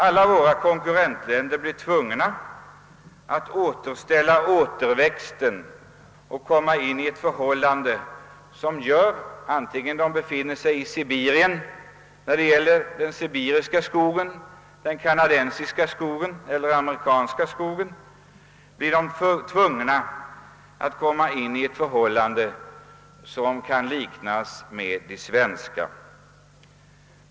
Alla våra konkur rentländer kommer nämligen att bli tvungna att sörja för återväxten och kommer därvid — vare sig det gäller den sibiriska, den kanadensiska eller den amerikanska skogen — i eit läge liknande det svenska.